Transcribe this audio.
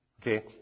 Okay